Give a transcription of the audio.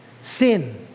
sin